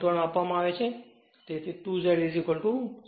1 આપવામાં આવે છે તેથી 2 Z 0